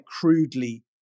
crudely